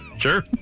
Sure